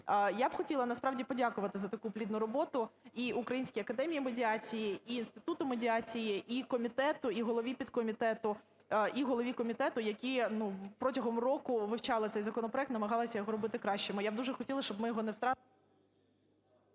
Я б хотіла насправді подякувати за таку плідну роботу і Українській академії медіації, і Інституту медіації, і комітету, і голові підкомітету, і голові комітету, які протягом року вивчали цей законопроект, намагалися його робити кращим. Я б дуже хотіла, щоб ми його не втратили…